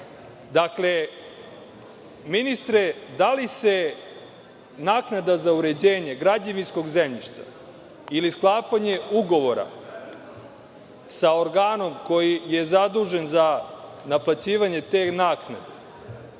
ministre, da li se naknada za uređenje građevinskog zemljišta ili sklapanje ugovora sa organom koji je zadužen za naplaćivanje te naknade